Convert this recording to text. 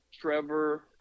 Trevor –